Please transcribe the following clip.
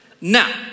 Now